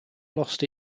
lost